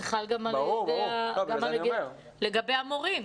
זה חל גם לגבי המורים.